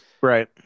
right